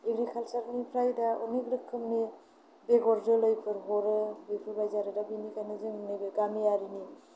एग्रिकाल्सारनिफ्रा दा अनेक रोखोमनि बेगर जोलैफोर हरो बेफोरबायदि आरो दा बेनिखायनो जों नैबे गामियारिनि